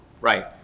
Right